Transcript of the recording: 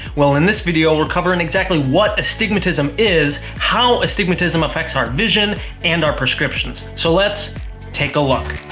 well, in this video, we're covering exactly what astigmatism is how astigmatism affects our vision and our prescriptions. so, let's take a look.